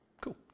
Cool